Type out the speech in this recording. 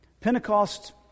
Pentecost